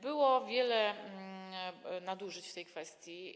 Było wiele nadużyć w tej kwestii.